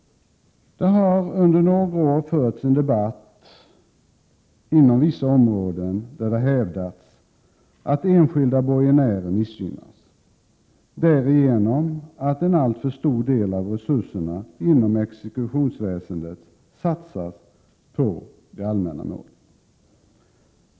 Det har under några år förts en debatt inom vissa områden, där det hävdats att enskilda borgenärer missgynnas därigenom att en alltför stor del av resurserna inom exekutionsväsendet satsas på de allmänna målen.